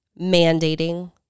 Mandating